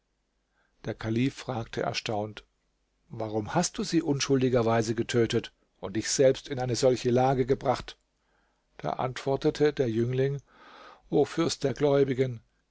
der kalif fragte erstaunt warum hast du sie unschuldigerweise getötet und dich selbst in eine solche lage gebracht da antwortete der jüngling o fürst der gläubigen